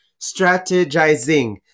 strategizing